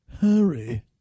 Harry